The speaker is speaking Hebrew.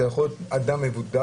זה יכול להיות אדם בודד,